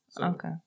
Okay